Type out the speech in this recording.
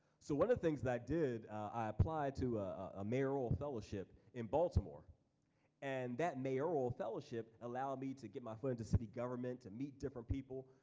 so one of the things that i did, i applied to a mayoral fellowship in baltimore and that mayoral fellowship allowed me to get my foot into city government, to meet different people.